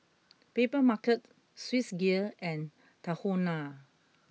Papermarket Swissgear and Tahuna